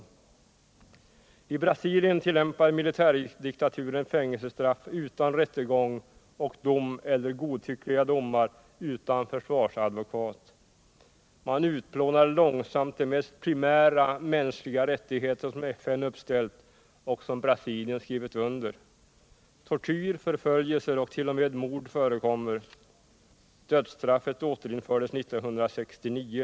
rättigheterna I Brasilien tillämpar militärdiktaturen fängelsestraff utan rättegång och dom eller godtyckliga domar utan försvarsadvokat. Man utplånar långsamt de mest primära mänskliga rättigheter som FN uppställt och som Brasilien skrivit under. Tortyr, förföljelser och t.o.m. mord förekommer. Dödsstraffet återinfördes 1969.